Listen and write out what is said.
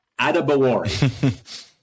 Adabawari